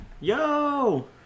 Yo